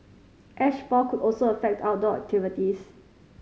ash fall could also affect outdoor activities